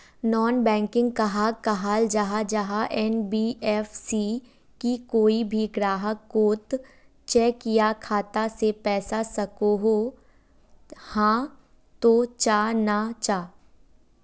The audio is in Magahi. नॉन बैंकिंग कहाक कहाल जाहा जाहा एन.बी.एफ.सी की कोई भी ग्राहक कोत चेक या खाता से पैसा सकोहो, हाँ तो चाँ ना चाँ?